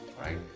Right